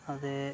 ते